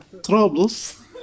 Troubles